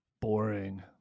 Boring